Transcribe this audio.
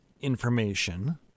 information